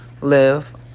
live